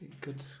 Good